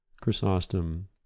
Chrysostom